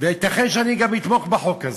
וייתכן שאני גם אתמוך בחוק הזה.